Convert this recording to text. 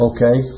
Okay